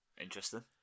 Interesting